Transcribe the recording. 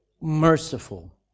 merciful